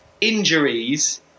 injuries